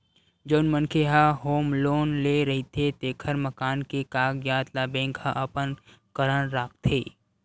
जउन मनखे ह होम लोन ले रहिथे तेखर मकान के कागजात ल बेंक ह अपने करन राखथे